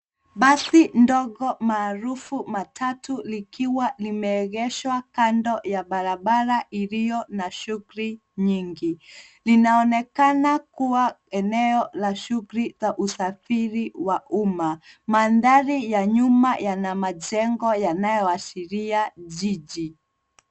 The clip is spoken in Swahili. Basi ndogo maarufu matatu likiwa limeegeshwa kando ya barabara iliyo na shughuli nyingi. Linaonekana kuwa eneo la shughuli za usafiri wa umma. Mandhari ya nyuma yana majengo yanayoashiria jiji.